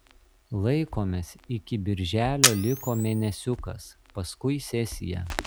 laikomės iki birželio liko mėnesiukas paskui sesija